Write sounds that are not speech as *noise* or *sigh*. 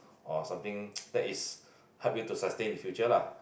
or something *noise* that is help you to sustain in future lah